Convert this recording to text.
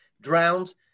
drowned